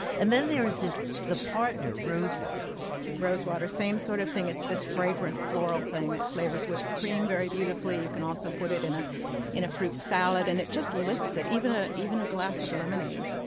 and then there's the partner rose water rose water same sort of thing. it's this fragrant, floral thing that flavors whipped cream very beautifully. you can also put it in ah in a fruit salad and it just lifts it even ah even a glass of lemonade